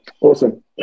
Awesome